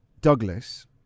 Douglas